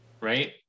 right